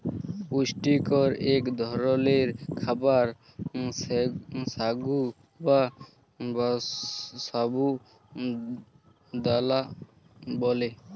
পুষ্টিকর ইক ধরলের খাবার সাগু বা সাবু দালা ব্যালে